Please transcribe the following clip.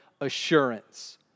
assurance